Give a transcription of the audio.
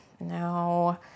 no